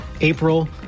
April